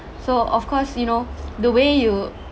so of course you know the way you